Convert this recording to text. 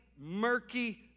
murky